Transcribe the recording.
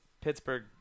Pittsburgh